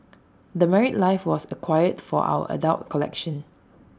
the married life was acquired for our adult collection